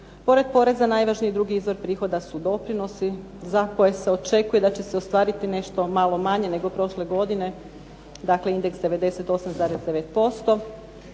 Pored poreza najvažniji drugi izvor prihoda su doprinosi za koje se očekuje da će se ostvariti nešto malo manje nego prošle godine dakle indeks 98,9%,